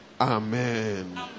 Amen